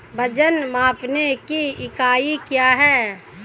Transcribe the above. वजन मापने की इकाई क्या है?